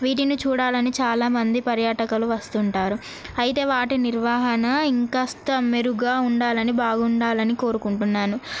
వీటిని చూడాలని చాలామంది పర్యాటకులు వస్తు ఉంటారు అయితే వాటి నిర్వహణ ఇంకా కాస్త మెరుగుగా ఉండాలి అని బాగుండాలి అని కోరుకుంటున్నాను